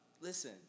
Listen